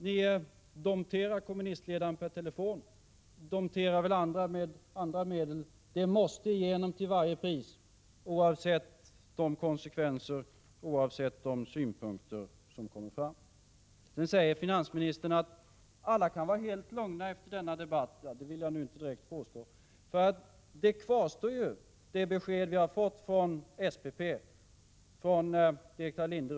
Ni dompterar kommunistledaren per telefon, och ni dompterar väl andra med andra medel. Detta måste igenom till varje pris, oavsett de konsekvenser och de synpunkter som kommer fram. Sedan säger finansministern att alla kan vara helt lugna efter denna debatt — det vill jag nu inte direkt påstå. Det besked vi har fått från direktör Linderoth på SPP kvarstår.